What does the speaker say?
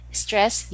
stress